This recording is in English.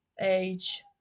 age